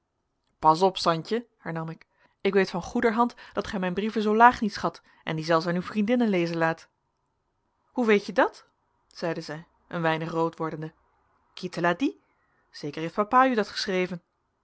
pas op santje hernam ik ik weet van goeder hand dat gij mijn brieven zoo laag niet schat en die zelfs aan uw vriendinnen lezen laat hoe weet je dat zeide zij een weinig rood wordende qui te l'a dit zeker heeft papa u dat geschreven